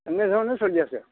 এনেধৰণে চলি আছে